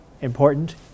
important